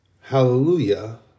hallelujah